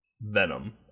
Venom